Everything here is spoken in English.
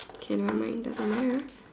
okay never mind doesn't matter